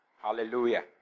Hallelujah